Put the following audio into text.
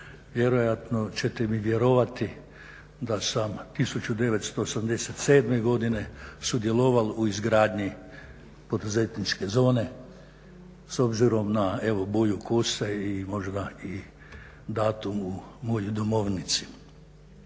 Vjerojatno ćete mi vjerovati da sam 1987. godine sudjelovao u izgradnji poduzetničke zone s obzirom na, evo boju kose i možda i datum u mojoj domovnici.